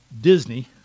Disney